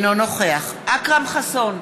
אינו נוכח אכרם חסון,